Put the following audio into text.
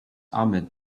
ahmed